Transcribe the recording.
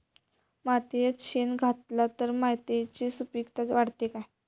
मातयेत शेण घातला तर मातयेची सुपीकता वाढते काय?